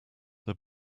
this